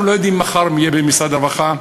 אנחנו לא יודעים מי יהיה מחר במשרד הרווחה,